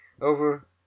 over